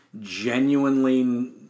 genuinely